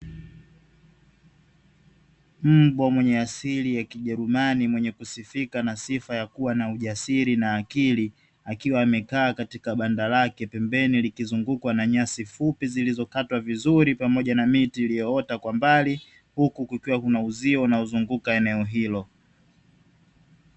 Mbwa mwenye asili ya kijerumani, mwenye kusifika na sifa ya kuwa na ujasiri na akili, akiwa amekaa kwenye banda lake, pembeni likiwa limezungukwa na nyasi fupi zilizokatwa vizuri pamoja na miti iliyoota kwa mbali, huku kukiwa kuna uzio unaozunguka eneo hilo.